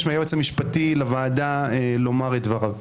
מהיועץ המשפטי לוועדה לומר את דבריו.